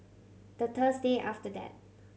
the Thursday after that